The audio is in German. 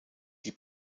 die